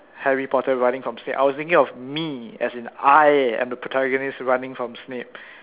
Harry-Potter running from Snape I was thinking of me as in I am the protagonist running from Snape